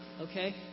okay